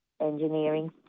engineering